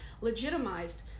legitimized